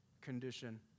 condition